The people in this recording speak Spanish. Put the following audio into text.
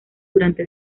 durante